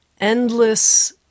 endless